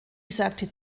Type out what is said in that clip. sagte